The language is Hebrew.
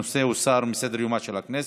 הנושא הוסר מסדר-יומה של הכנסת.